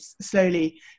slowly